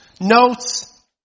Notes